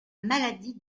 maladie